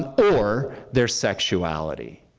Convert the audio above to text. or their sexuality,